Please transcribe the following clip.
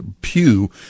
Pew